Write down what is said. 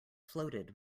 floated